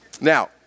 Now